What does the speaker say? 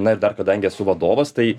na ir dar kadangi esu vadovas tai